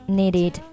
needed